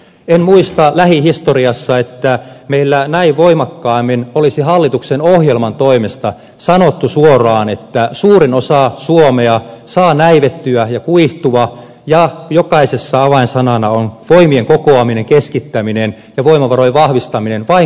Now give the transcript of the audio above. en muista lähihistoriasta että meillä näin voimakkaasti olisi hallituksen ohjelman toimesta sanottu suoraan että suurin osa suomea saa näivettyä ja kuihtua ja joka kohdassa avainsanana on voimien kokoaminen keskittäminen ja voimavarojen vahvistaminen vain kaupunkiseuduilla